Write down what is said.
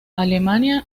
alemania